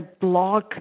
block